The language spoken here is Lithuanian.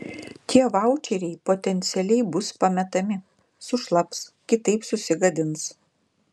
tie vaučeriai potencialiai bus pametami sušlaps kitaip susigadins